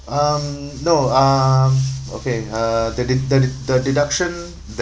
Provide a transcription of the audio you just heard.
um no um okay uh the de~ the de~ the deduction